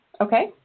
Okay